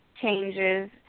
changes